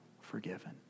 forgiven